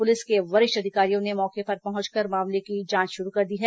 police के वरिष्ठ अधिकारियों ने मौके पर पहुंचकर मामले की जांच शुरू कर दी है